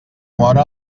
hora